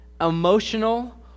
emotional